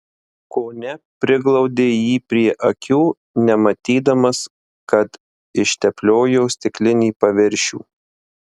kone priglaudė jį prie akių nematydamas kad ištepliojo stiklinį paviršių